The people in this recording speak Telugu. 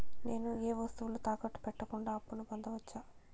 నేను ఏ వస్తువులు తాకట్టు పెట్టకుండా అప్పును పొందవచ్చా?